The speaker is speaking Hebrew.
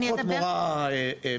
לוקחות מורה בפנסיה,